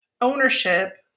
ownership